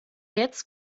jetzt